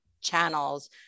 channels